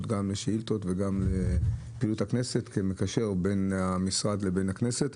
גם לשאילתות וגם לפעילות הכנסת כמקשר בין המשרד לבין הכנסת,